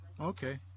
Okay